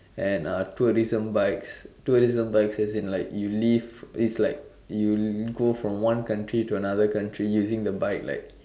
and uh tourism bikes tourism bikes as in like you leave it's like you go from one country to another country using the bike like